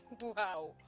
Wow